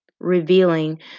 revealing